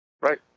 Right